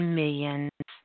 millions